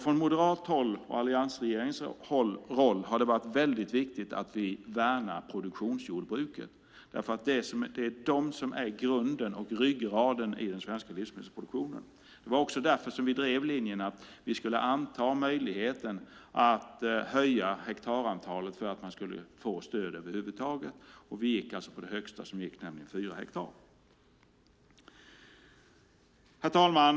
Från moderat håll och från alliansregeringens håll har det varit väldigt viktigt att värna produktionsjordbruket. Det är nämligen det som är grunden och ryggraden i den svenska livsmedelsproduktionen. Det var också därför vi drev linjen att vi skulle anta möjligheten att höja hektarantalet för att man skulle få stöd över huvud taget. Vi gick på det högsta som gick, nämligen fyra hektar. Herr talman!